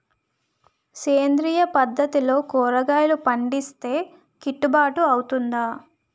సేంద్రీయ పద్దతిలో కూరగాయలు పండిస్తే కిట్టుబాటు అవుతుందా?